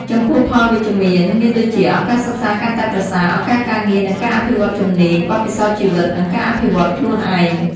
ចំពោះផលវិជ្ជមាន មានដូចជាឱកាសសិក្សាកាន់តែប្រសើរ ឱកាសការងារ និងការអភិវឌ្ឍន៍ជំនាញ ,បទពិសោធន៍ជីវិត និងការអភិវឌ្ឍន៍ខ្លួនឯង។